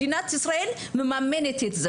מדינת ישראל מממנת את זה,